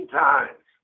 times